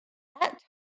that